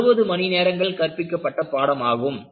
60 மணி நேரங்கள் கற்பிக்கப்பட்ட பாடம் ஆகும்